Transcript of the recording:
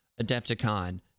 Adepticon